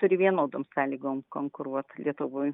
turi vienodom sąlygom konkuruot lietuvoj